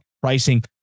pricing